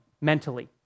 mentally